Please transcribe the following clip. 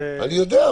אני יודע.